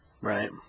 Right